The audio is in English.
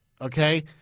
okay